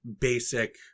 basic